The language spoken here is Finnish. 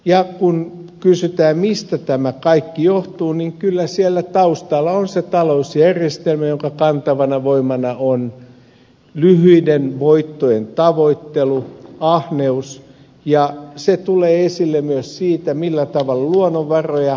ja kun kysytään mistä tämä kaikki johtuu niin kyllä siellä taustalla on se talousjärjestelmä jonka kantavana voimana on lyhyiden voittojen tavoittelu ahneus ja se tulee esille myös siinä millä tavalla luonnonvaroja käytetään